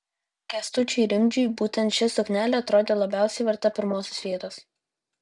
kęstučiui rimdžiui būtent ši suknelė atrodė labiausiai verta pirmosios vietos